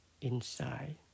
inside